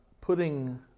putting